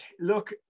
look